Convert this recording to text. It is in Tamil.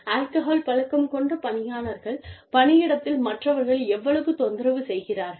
ஆல்கஹால் பழக்கம் கொண்ட பணியாளர்கள் பணியிடத்தில் மற்றவர்களை எவ்வளவு தொந்தரவு செய்கிறார்கள்